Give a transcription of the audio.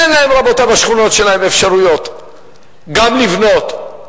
אין להם, רבותי, בשכונות שלהם אפשרויות גם לבנות.